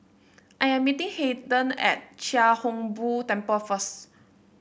I am meeting Harden at Chia Hung Boo Temple first